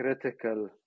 critical